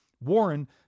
Warren